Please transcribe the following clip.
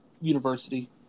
University